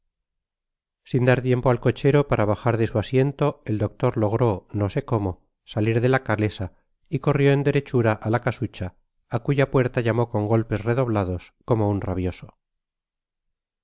sin dar tiempo al cochero para bajar de su asiento el doctor logró no sé como salir dela calesa y corrió en derechura á la casucha á cuya puerta llamó con golpes redoblados como un rabioso